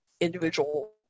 individual